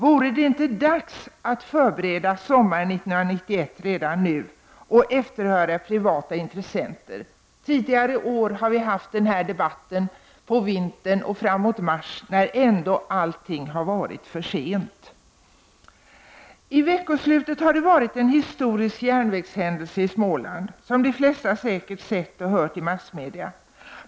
Vore det inte dags att förbereda sommaren 1991 redan nu och efterhöra om det finns privata intressenter? Tidigare år har denna debatt förts på vintern och framåt mars när allting ändå har varit för sent. Under veckoslutet har det — som de flesta säkert hört och sett i massmedia — skett en historisk järnvägshändelse i Småland.